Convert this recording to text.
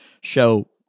show